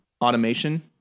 automation